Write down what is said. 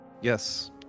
yes